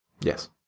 Yes